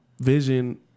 vision